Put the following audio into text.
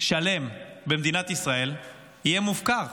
שלם במדינת ישראל יהיה מופקר.